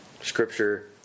scripture